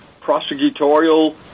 prosecutorial